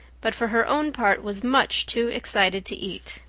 but for her own part was much too excited to eat.